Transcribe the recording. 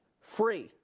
free